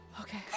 Okay